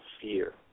fear